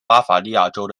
巴伐利亚州